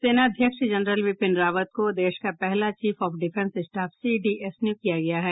सेनाध्यक्ष जनरल बिपिन रावत को देश का पहला chief of defence staff CDS नियुक्त किया गया है